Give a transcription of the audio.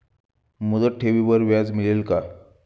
मुदत ठेवीवर व्याज मिळेल का?